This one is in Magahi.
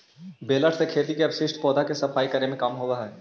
बेलर से खेत के अवशिष्ट पौधा के सफाई करे के काम होवऽ हई